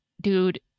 dude